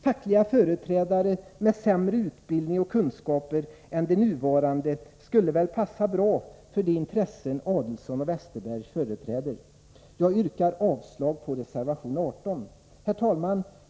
Fackliga företrädare med sämre utbildning och kunskaper än de nuvarande skulle väl passa bra för de intressen Adelsohn och Westerberg företräder. Jag yrkar avslag på reservation 18. Herr talman!